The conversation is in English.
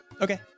Okay